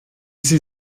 sie